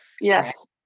yes